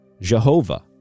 Jehovah